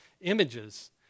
images